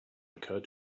occurred